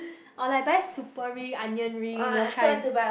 or like buy Super Ring onion ring those kind